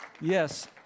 Yes